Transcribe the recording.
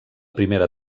primera